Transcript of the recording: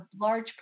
large